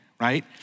right